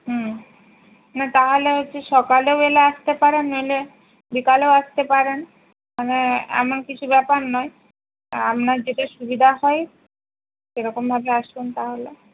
হুম না তাহলে হচ্ছে সকালেও এলে আসতে পারেন নইলে বিকালেও আসতে পারেন মানে এমন কিছু ব্যাপার নয় তা আপনার যেটা সুবিধা হয় সেরকমভাবে আসুন তাহলে